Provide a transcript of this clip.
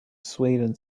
sweden